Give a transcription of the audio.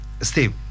Steve